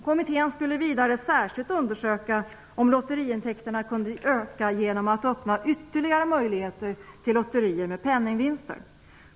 Kommittén skulle vidare särskilt undersöka om lotteriintäkterna kunde öka genom att öppna möjligheter till ytterligare lotterier med penningvinster.